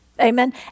Amen